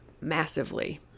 massively